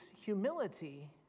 humility